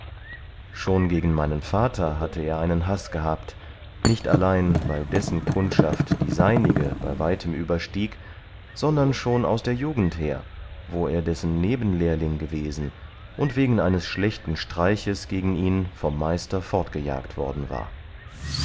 schon gegen meinen vater hatte er einen haß gehabt nicht allein weil dessen kundschaft die seinige bei weitem überstieg sondern schon aus der jugend her wo er dessen nebenlehrling gewesen und wegen eines schlechten streiches gegen ihn vom meister fortgejagt worden war